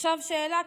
עכשיו שאלה.